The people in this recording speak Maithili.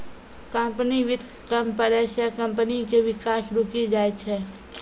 कंपनी वित्त कम पड़ै से कम्पनी के विकास रुकी जाय छै